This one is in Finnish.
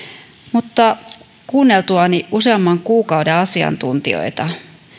mutta kuunneltuani useamman kuukauden asiantuntijoita